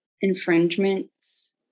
infringements